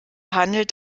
handelt